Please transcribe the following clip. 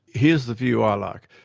here's the view i like.